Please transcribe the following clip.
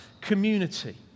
community